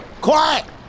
quiet